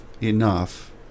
enough